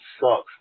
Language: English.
sucks